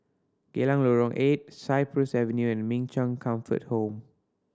Geylang Lorong Eight Cypress Avenue and Min Chong Comfort Home